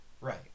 Right